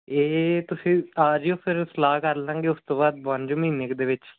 ਇਹ ਤੁਸੀਂ ਆ ਜਿਓ ਫਿਰ ਸਲਾਹ ਕਰ ਲਵਾਂਗੇ ਉਸ ਤੋਂ ਬਾਅਦ ਬਣ ਜੁਗਾ ਮਹੀਨੇ ਕ ਦੇ ਵਿੱਚ